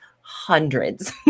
hundreds